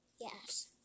Yes